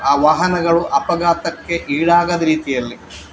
ಆ ವಾಹನಗಳು ಅಪಘಾತಕ್ಕೆ ಈಡಾಗದ ರೀತಿಯಲ್ಲಿ